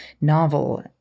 novel